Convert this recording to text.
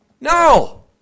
No